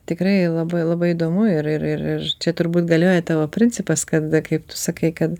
tikrai labai labai įdomu ir ir ir ir čia turbūt galioja tavo principas kad kaip tu sakai kad